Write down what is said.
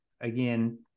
Again